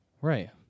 Right